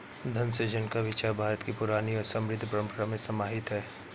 धन सृजन का विचार भारत की पुरानी और समृद्ध परम्परा में समाहित है